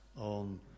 on